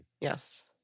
Yes